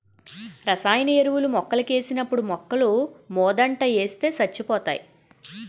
రసాయన ఎరువులు మొక్కలకేసినప్పుడు మొక్కలమోదంట ఏస్తే సచ్చిపోతాయి